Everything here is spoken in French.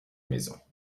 maisons